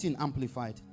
amplified